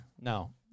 No